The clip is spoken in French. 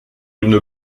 une